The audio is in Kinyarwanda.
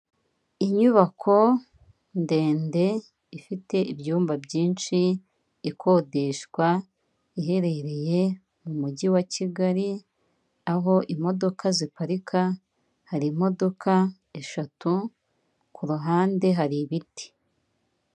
Inyubako ndende, ifite ibyumba byinshi, ikodeshwa, iherereye mu mujyi wa Kigali, aho imodoka ziparika, hari imodoka eshatu, kuruhande hari ibiti.